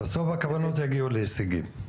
בסוף הכוונות יגיעו להישגים.